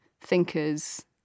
thinkers